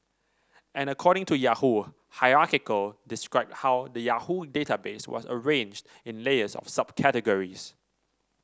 and according to Yahoo hierarchical described how the Yahoo database was arranged in layers of subcategories